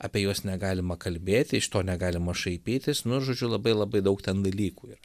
apie juos negalima kalbėti iš to negalima šaipytis nu žodžiu labai labai daug ten dalykų yra